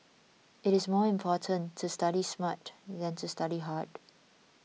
it is more important to study smart than to study hard